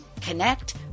connect